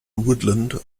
woodland